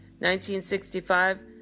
1965